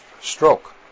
stroke